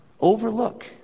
Overlook